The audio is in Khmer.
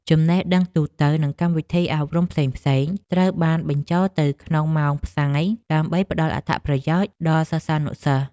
ចំណេះដឹងទូទៅ និងកម្មវិធីអប់រំផ្សេងៗត្រូវបានបញ្ចូលទៅក្នុងម៉ោងផ្សាយ ដើម្បីផ្តល់អត្ថប្រយោជន៍ដល់សិស្សានុសិស្ស។